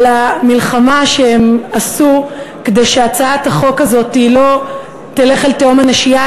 על המלחמה שהם עשו כדי שהצעת החוק הזאת לא תלך אל תהום הנשייה,